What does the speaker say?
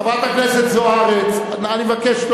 חברת הכנסת זוארץ, אני מבקש.